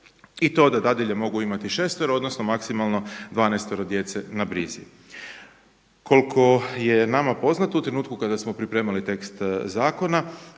i to da dadilje mogu imati šestero odnosno maksimalno dvanaestero djece na brizi. Koliko je nama poznato u trenutku kada smo pripremali tekst zakona